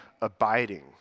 abiding